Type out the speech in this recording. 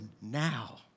now